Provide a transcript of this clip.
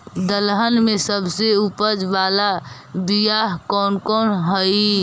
दलहन में सबसे उपज बाला बियाह कौन कौन हइ?